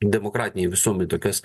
demokratinėj visuomenėj tokias